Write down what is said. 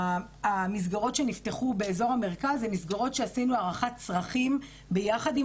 המסגרות שנפתחו באזור המרכז הן מסגרות שעשינו הערכת צרכים ביחד עם